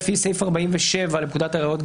לפי סעיף 47 לפקודת הראיות,